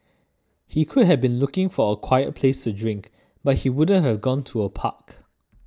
he could have been looking for a quiet place to drink but he wouldn't have gone to a park